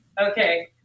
okay